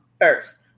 first